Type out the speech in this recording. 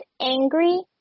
angry